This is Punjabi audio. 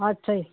ਅੱਛਾ ਜੀ